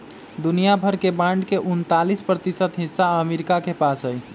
दुनिया भर के बांड के उन्तालीस प्रतिशत हिस्सा अमरीका के पास हई